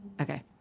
Okay